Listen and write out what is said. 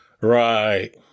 Right